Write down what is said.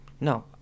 no